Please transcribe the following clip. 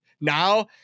now